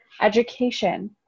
education